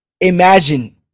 imagine